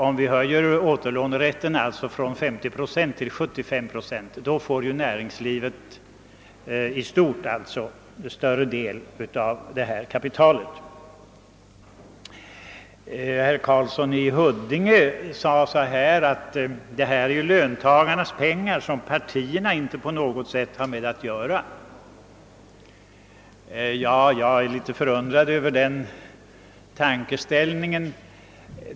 Om vi alltså höjer återlånerätten från 50 till 75 procent får näringslivet 1 stort större del av detta kapital. Herr Karlsson i Huddinge sade att det här är löntagarnas pengar som partierna inte på något sätt har med att göra. Jag är något förundrad över den na tanke.